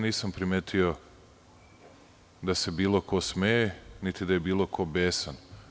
Nisam primetio da se bilo ko smeje, niti da je bilo ko besan.